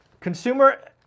Consumer